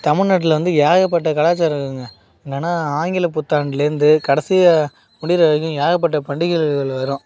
தமிழ் நாட்டில் வந்து ஏகப்பட்ட கலாச்சாரம் இருக்குங்க என்னென்னா ஆங்கில புத்தாண்டுலேருந்து கடைசியா முடியிற வரைக்கும் ஏகப்பட்ட பண்டிகைகள் வரும்